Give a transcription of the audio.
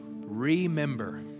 remember